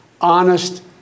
Honest